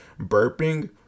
burping